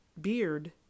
beard